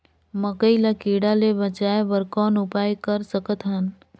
मकई ल कीड़ा ले बचाय बर कौन उपाय कर सकत हन?